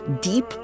deep